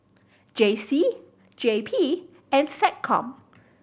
J C J P and SecCom